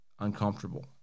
uncomfortable